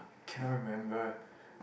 cannot remember